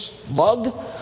bug